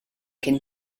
cyn